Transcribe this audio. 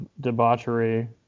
debauchery